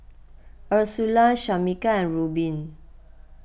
Ursula Shamika and Reubin